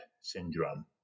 syndrome